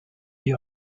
the